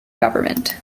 government